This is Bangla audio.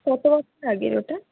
কত বছর আগের ওটা